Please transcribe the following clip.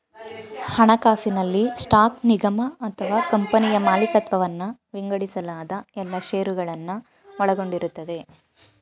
ಹಣಕಾಸಿನಲ್ಲಿ ಸ್ಟಾಕ್ ನಿಗಮ ಅಥವಾ ಕಂಪನಿಯ ಮಾಲಿಕತ್ವವನ್ನ ವಿಂಗಡಿಸಲಾದ ಎಲ್ಲಾ ಶೇರುಗಳನ್ನ ಒಳಗೊಂಡಿರುತ್ತೆ